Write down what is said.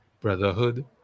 brotherhood